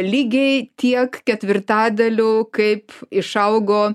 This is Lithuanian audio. lygiai tiek ketvirtadaliu kaip išaugo